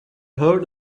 heard